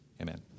amen